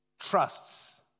trusts